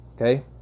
Okay